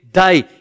die